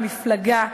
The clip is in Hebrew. מפלגה,